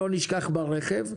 כדי שלא יישכחו ברכב,